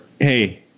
hey